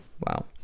wow